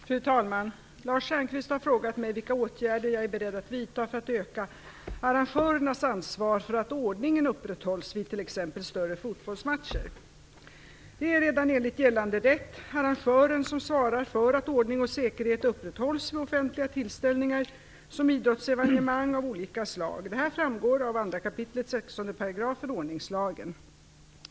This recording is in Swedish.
Fru talman! Lars Stjernkvist har frågat mig vilka åtgärder jag är beredd att vidta för att öka arrangörernas ansvar för att ordningen upprätthålls vid t.ex. Det är redan enligt gällande rätt arrangören som svarar för att ordning och säkerhet upprätthålls vid offentliga tillställningar, som idrottsevenemang av olika slag. Detta framgår av 2 kap. 16 § ordningslagen.